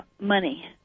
money